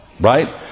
right